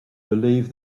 believe